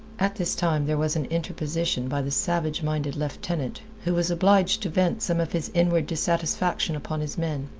at this time there was an interposition by the savage-minded lieutenant, who was obliged to vent some of his inward dissatisfaction upon his men.